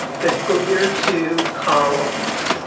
fiscal year two columns.